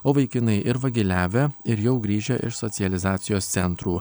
o vaikinai ir vagiliavę ir jau grįžę iš socializacijos centrų